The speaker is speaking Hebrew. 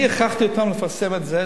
אני הכרחתי אותה לפרסם את זה.